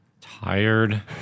Tired